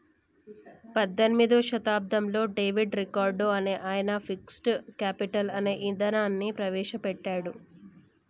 పద్దెనిమిదో శతాబ్దంలో David Ricardo అనే ఆయన ఫిక్స్డ్ కేపిటల్ అనే ఇదానాన్ని ప్రవేశ పెట్టాడు